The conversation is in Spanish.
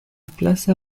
plaza